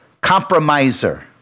compromiser